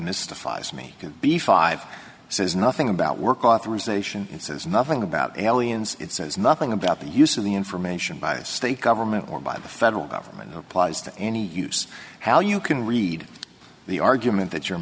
mystifies me to be five says nothing about work authorization it says nothing about aliens it says nothing about the use of the information by the state government or by the federal government applies to any use how you can read the argument that you're